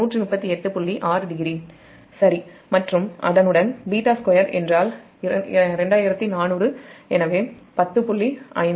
60 சரியா மற்றும் அதனுடன்β2 என்றால் 2400 எனவே 10